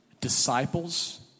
disciples